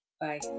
bye